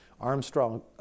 Armstrong